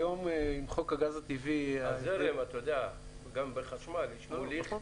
היום עם חוק הגז הטבעי --- גם בחשמל יש מוליך,